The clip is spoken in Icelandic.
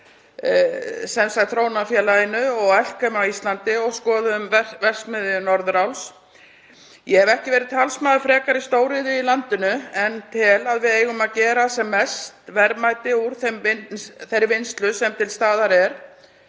kynningu á þróunarfélaginu og Elkem á Íslandi og skoðuðum verksmiðju Norðuráls. Ég hef ekki verið talsmaður frekari stóriðju í landinu en tel að við eigum að gera sem mest verðmæti úr þeirri vinnslu sem til staðar er